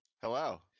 Hello